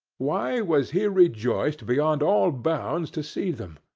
why was he rejoiced beyond all bounds to see them!